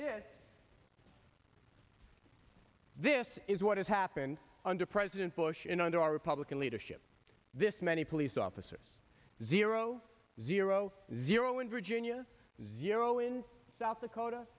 there this is what has happened under president bush in under our republican leadership this many police officers zero zero zero in ginia zero in south dakota